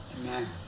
Amen